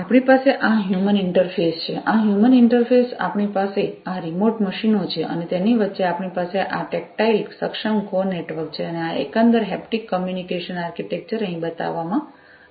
આપણી પાસે આ હ્યુમન ઈન્ટરફેસ છે આ માનવ ઈન્ટરફેસ છે આપણી પાસે આ રીમોટ મશીનો છે અને તેની વચ્ચે આપણી પાસે આ ટેક્ટાઈલ સક્ષમ કોર નેટવર્ક છે અને આ એકંદર હેપ્ટીક કોમ્યુનિકેશન આર્કિટેક્ચર અહીં બતાવવામાં આવ્યું છે